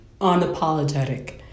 unapologetic